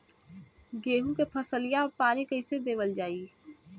गेहूँक फसलिया कईसे पानी देवल जाई?